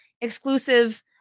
exclusive